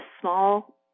small